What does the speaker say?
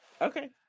Okay